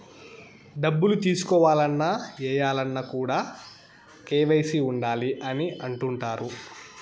డబ్బులు తీసుకోవాలన్న, ఏయాలన్న కూడా కేవైసీ ఉండాలి అని అంటుంటారు